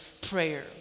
prayer